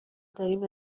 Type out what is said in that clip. داریم